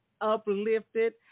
uplifted